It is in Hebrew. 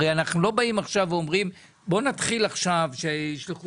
הרי אנחנו לא באים עכשיו ואומרים בוא נתחיל עכשיו שיישלחו